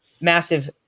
massive